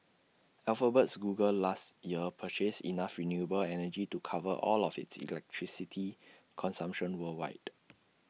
Alphabet's Google last year purchased enough renewable energy to cover all of its electricity consumption worldwide